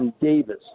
Davis